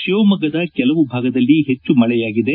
ಕಿವಮೊಗ್ಗದ ಕೆಲವು ಭಾಗದಲ್ಲಿ ಪೆಚ್ಚುಮಳೆಯಾಗಿದೆ